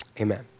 Amen